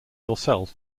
yourself